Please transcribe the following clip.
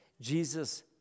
Jesus